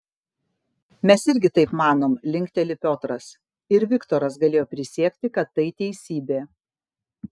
mes irgi taip manom linkteli piotras ir viktoras galėjo prisiekti kad tai teisybė